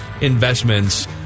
Investments